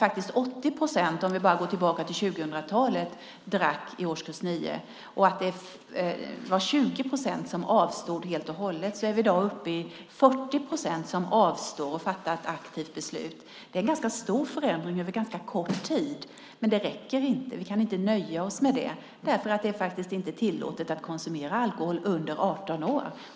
Tidigare på 2000-talet var det 80 procent som drack och 20 procent som avstod helt och hållet. I dag är vi uppe i 40 procent som fattar ett aktivt beslut och avstår. Det är en ganska stor förändring över ganska kort tid. Men det räcker inte. Vi kan inte nöja oss med det, för det är inte tillåtet att konsumera alkohol om man är under 18 år.